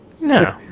No